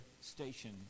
station